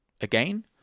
again